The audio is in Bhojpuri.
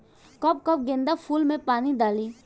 कब कब गेंदा फुल में पानी डाली?